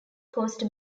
caused